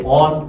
on